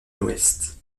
l’ouest